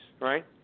right